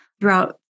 throughout